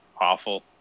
awful